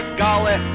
golly